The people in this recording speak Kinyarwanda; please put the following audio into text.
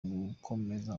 ugukomeza